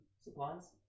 Supplies